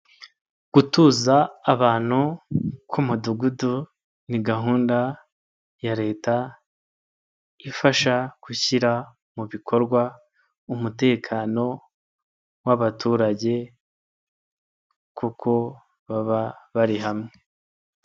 Gutuza abantu k'umudugudu, ni gahunda ya leta ifasha gushyira mu bikorwa umutekano w'abaturage kuko baba bari hamwe.